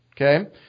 Okay